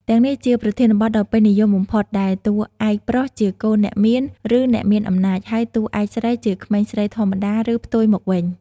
ទាំងនេះជាប្រធានបទដ៏ពេញនិយមបំផុត ដែលតួឯកប្រុសជាកូនអ្នកមាន ឬអ្នកមានអំណាច ហើយតួឯកស្រីជាក្មេងស្រីធម្មតា ឬផ្ទុយមកវិញ។